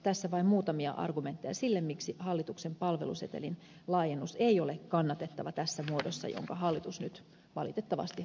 tässä vain muutamia argumentteja sille miksi hallituksen palvelusetelin laajennus ei ole kannatettava tässä muodossa jonka hallitus nyt valitettavasti runnoo läpi